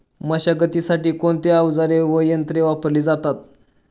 मशागतीसाठी कोणते अवजारे व यंत्र वापरले जातात?